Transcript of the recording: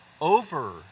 over